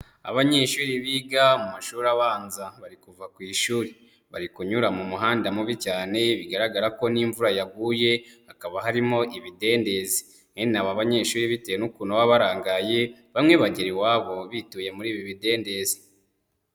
Abanyeshuri biga mu mashuri abanza bari kuva ku ishuri, bari kunyura mu muhanda mubi cyane, bigaragara ko n'imvura yaguye hakaba harimo ibidendezi, bene aba banyeshuri bitewe n'ukuntu baba barangaye, bamwe bagera iwabo bituye muri ibi bidendezi.